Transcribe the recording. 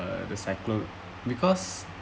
the cyclone because